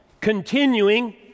continuing